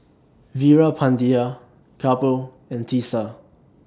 Veerapandiya Kapil and Teesta